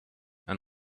and